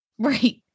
Right